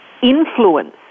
influence